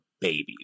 babies